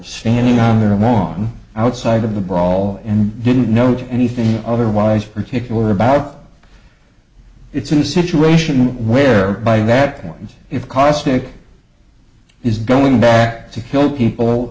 standing on their lawn outside of the brawl and didn't know anything otherwise particular about it's a new situation whereby that happens if caustic is going back to kill